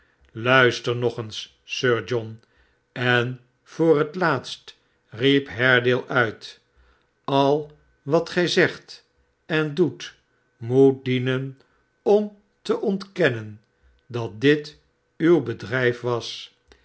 luister nog eens sir john en voor het laatst riep haredale uit a wat gij zegt en doet moet dienen om te ontkennen dat dit uw bedrijf was